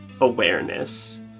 awareness